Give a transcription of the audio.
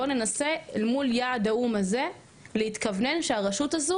בואו ננסה אל מול יעד האו"ם הזה להתכוונן שהרשות הזאת